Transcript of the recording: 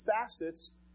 facets